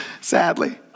Sadly